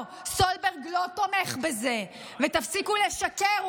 ולא, סולברג לא תומך בזה, ותפסיקו לשקר.